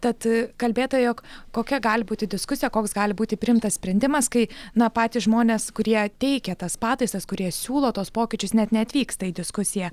tad kalbėta jog kokia gali būti diskusija koks gali būti priimtas sprendimas kai na patys žmonės kurie teikia tas pataisas kurie siūlo tuos pokyčius net neatvyksta į diskusiją